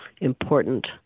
important